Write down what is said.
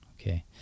Okay